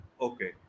Okay